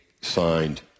signed